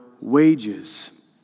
wages